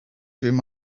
through